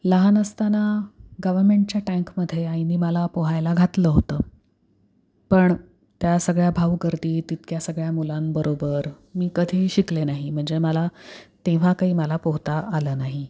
लहान असताना गव्हर्मेंटच्या टँकमध्ये आईने मला पोहायला घातलं होतं पण त्या सगळ्या भाऊगर्दीत तितक्या सगळ्या मुलांबरोबर मी कधीही शिकले नाही म्हणजे मला तेव्हा काही मला पोहता आलं नाही